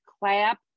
clap